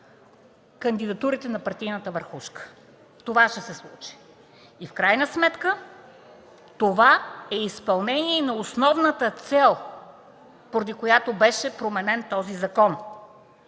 кандидатурите на партийната върхушка. Това ще се случи. В крайна сметка това е изпълнение на основната цел, поради която беше променен този закон.